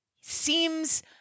seems